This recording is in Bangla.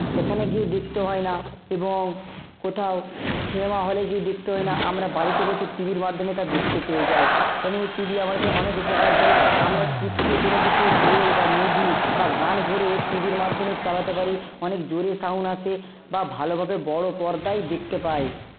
সেখানে গিয়ে দেখতে হয় না এবং কোথাও সিনেমা হলে গিয়ে দেখতে হয় না আমরা বাড়িতে বসে টিভির মাধ্যমে তা দেখতে পেয়ে যাই এবং টিভি আমাদের অনেক উপকার দেয় আমরা চিপসে কোনো কিছু বই বা মুভি বা গান ভরে টিভির মাধ্যমে চালাতে পারি অনেক জোরে সাউন্ড আসে বা ভালোভাবে বড়ো পর্দায় দেখতে পাই